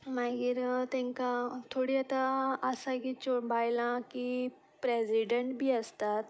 मागीर तांकां थोडी आतां आसा की बायलां की प्रेजिडेंट बी आसतात